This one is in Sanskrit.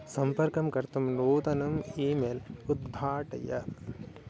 सम्पर्कं कर्तुं नूतनम् ई मेल् उद्धाटय